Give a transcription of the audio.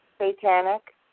satanic